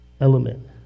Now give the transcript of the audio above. element